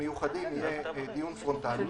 מיוחדים יהיה דיון פרונטלי,